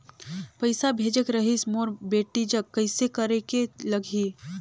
पइसा भेजेक रहिस मोर बेटी जग कइसे करेके लगही?